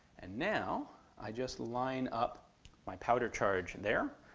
and now i just line up my powder charge there,